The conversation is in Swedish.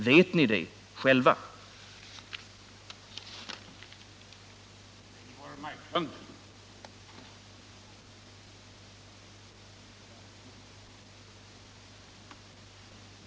Vet ni det själva?